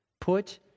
Put